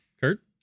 Kurt